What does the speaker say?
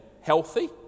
healthy